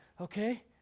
Okay